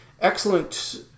excellent